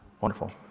wonderful